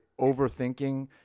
overthinking